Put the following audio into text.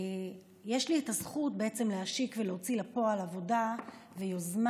יש לי את הזכות להשיק ולהוציא לפועל עבודה ויוזמה